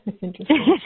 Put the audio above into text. Interesting